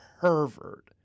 pervert